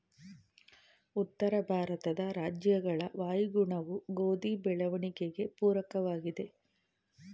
ಉತ್ತರ ಭಾರತದ ರಾಜ್ಯಗಳ ವಾಯುಗುಣವು ಗೋಧಿ ಬೆಳವಣಿಗೆಗೆ ಪೂರಕವಾಗಿದೆ,